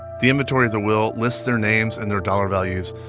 the inventory of the will lists their names and their dollar values,